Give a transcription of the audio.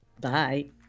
bye